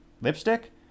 lipstick